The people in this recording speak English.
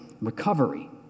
Recovery